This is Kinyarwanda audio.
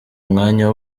umwanya